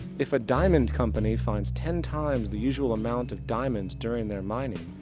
if a diamond company finds ten times the usual amount of diamonds during their mining,